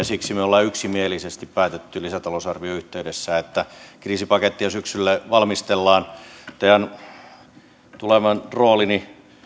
siksi me olemme yksimielisesti päättäneet lisätalousarvion yhteydessä että kriisipakettia syksylle valmistellaan tämän tulevan roolini